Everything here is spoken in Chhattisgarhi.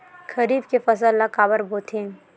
खरीफ के फसल ला काबर बोथे?